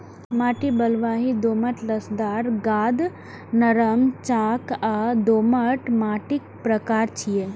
माटि बलुआही, दोमट, लसदार, गाद, नरम, चाक आ दोमट माटिक प्रकार छियै